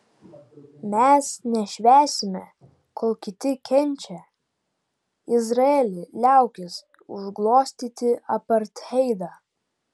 mes nešvęsime kol kiti kenčia izraeli liaukis užglostyti apartheidą